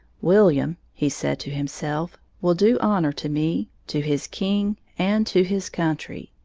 william, he said to himself, will do honor to me, to his king, and to his country.